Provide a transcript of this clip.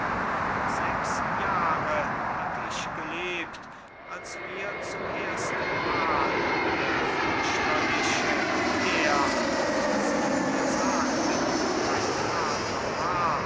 sechs jahre hatt ich gelebt als mir zum erstenmal der fürchterliche der wie sie mir sagten mein vater war